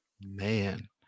Man